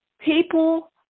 People